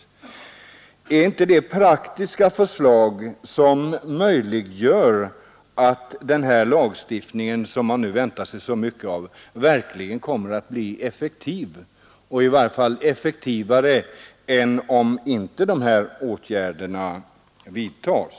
Är inte det praktiska förslag som möjliggör att den här lagstiftningen, som man nu väntar sig så mycket av, verkligen kommer att bli effektiv — i varje fall effektivare än om inte de här åtgärderna vidtas?